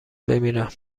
بمیرم